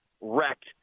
wrecked